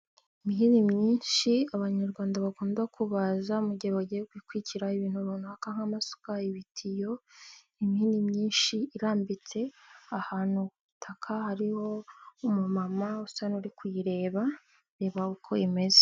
Imihini myinshi abanyarwanda bakunda kubaza mu gihe bagiye gukwikira ibintu runaka nk'amasuka ibitiyo, imihini myinshi irambitse ahantu k'ubutaka hariho umumama usa n'uri kuyireba areba uko imeze.